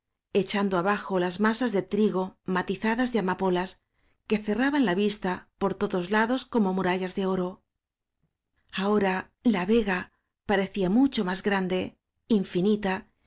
do abajo las masas de trigo matizadas de amapolas que cerraban la vista por todos la dos como murallas de oro ahora la vega pare cía mucho más grande infinita